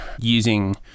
using